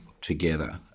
together